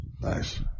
nice